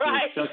Right